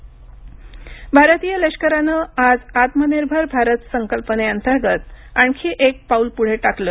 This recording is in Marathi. लष्कर भारतीय लष्करानं आज आत्मनिर्भर भारत संकल्पनेअंतर्गत आणखी एक पाऊल पुढे टाकलं